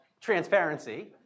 transparency